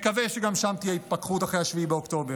נקווה שגם שם תהיה התפכחות אחרי 7 באוקטובר.